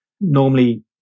normally